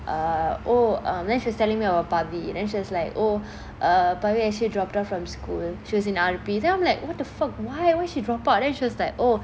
uh oh um then she's telling me about parthi then she's like oh uh parthi actually dropped out from school she was in R_P then I'm like what the fuck why why she dropout then she was like oh